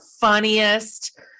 funniest